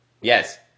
Yes